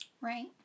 Right